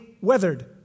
weathered